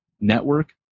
network